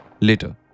Later